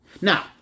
Now